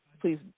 please